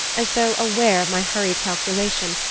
as though aware of my hurried calculation,